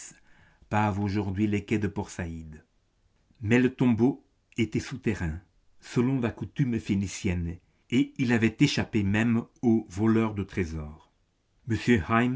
pavent aujourd'hui les quais de port saïd mais le tombeau était souterrain selon la coutume phénicienne et il avait échappé même aux voleurs de trésors